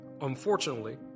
Unfortunately